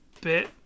bit